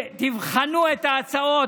תבחנו את ההצעות.